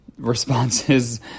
responses